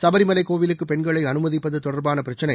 சபரிமலை கோவிலுக்கு பெண்களை அனுமதிப்பது தொடர்பான பிரச்சினை